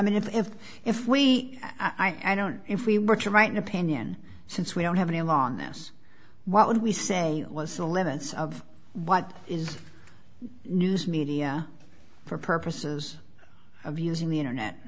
mean if if we i don't if we were to write an opinion since we don't have any along this what would we say was the limits of what is news media for purposes of using the internet